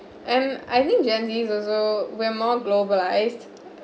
and I think gentry also when more globalized